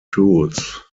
tools